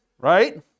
Right